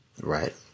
Right